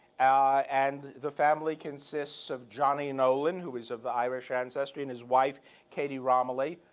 ah and the family consists of johnny nolan, who is of irish ancestry, and his wife katie rommely,